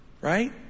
Right